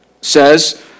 says